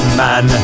man